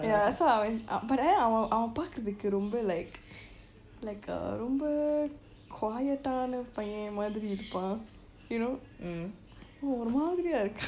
ya so I was but then அவன் அவன் ரொம்ப:avan avan pakuratuku rommba like like a ரொம்ப:rommba quiet ஆன பையன் மாதிரி இருப்பா:aana paiyan maatiri irrupaan you know ஒரு மாதிரியா இருக்கான்:oru maatiriya irrukan